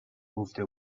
گفته